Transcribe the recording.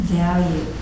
value